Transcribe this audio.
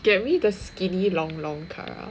get me the skinny long long kara